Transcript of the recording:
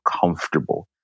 comfortable